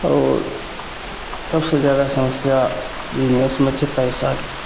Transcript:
आओर सबसे जादा समस्या बिजनेसमे छै पइसाके